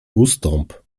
ustąp